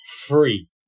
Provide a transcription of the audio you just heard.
Free